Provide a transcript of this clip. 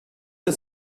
der